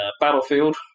Battlefield